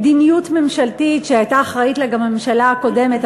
מדיניות ממשלתית שהייתה אחראית לה גם הממשלה הקודמת,